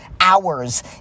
hours